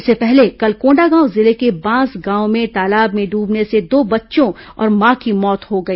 इससे पहले कल कोंडागांव जिले के बांस गांव में तालाब में डूबने से दो बच्चों और मां की मौत हो गई